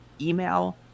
email